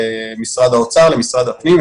למשרד האוצר ולמשרד הפנים.